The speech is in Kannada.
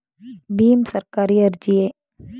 ಭೀಮ್ ಸರ್ಕಾರಿ ಅರ್ಜಿಯೇ?